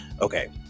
Okay